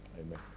Amen